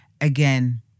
again